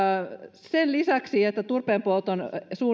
sen lisäksi että turpeenpolton